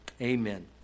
amen